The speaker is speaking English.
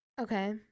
Okay